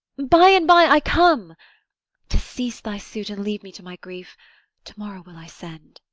by-and-by i come to cease thy suit and leave me to my grief to-morrow will i send.